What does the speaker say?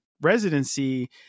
residency